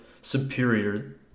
superior